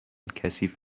کثیف